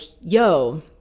Yo